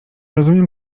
rozumiem